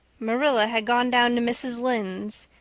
marilla had gone down to mrs. lynde's,